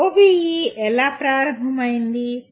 OBE ఎలా ప్రారంభమైంది